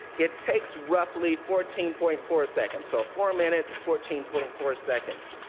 it takes roughly fourteen point four seconds, so four minutes, fourteen point four seconds.